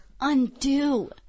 undo